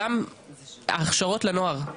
גם ההכשרות לנוער,